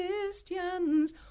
Christians